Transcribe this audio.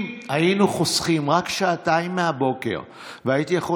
אם היינו חוסכים רק שעתיים מהבוקר והייתי יכול